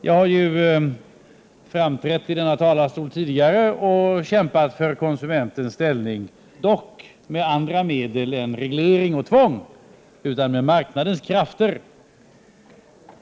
Jag har ju tidigare i denna talarstol kämpat för konsumentens ställning. Dock har det då gällt andra medel än reglering och tvång, nämligen marknadens krafter.